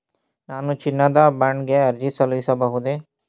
ನಾನು ಚಿನ್ನದ ಬಾಂಡ್ ಗೆ ಅರ್ಜಿ ಸಲ್ಲಿಸಬಹುದೇ?